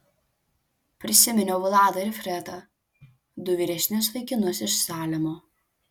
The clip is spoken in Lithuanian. prisiminiau vladą ir fredą du vyresnius vaikinus iš salemo